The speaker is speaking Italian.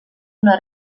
una